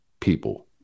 people